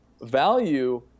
Value